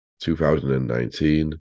2019